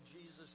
Jesus